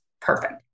perfect